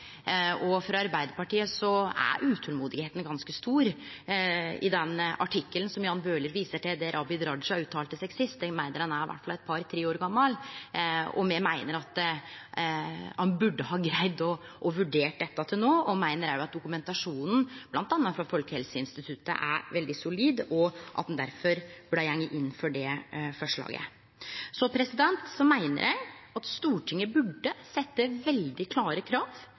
sidan. For Arbeidarpartiet er utolmodet ganske stort. Den artikkelen som Jan Bøhler viste til, der Abid Raja uttalte seg, meiner eg iallfall er to–tre år gamal. Me meiner at ein burde ha greidd å få dette vurdert til no, og me meiner òg at dokumentasjonen, bl.a. frå Folkehelseinstituttet, er veldig solid, og at ein difor bør gå inn for det forslaget. Eg meiner at Stortinget burde setje veldig klare krav